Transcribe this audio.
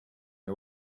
you